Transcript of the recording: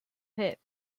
pit